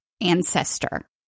ancestor